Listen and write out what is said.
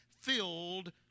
filled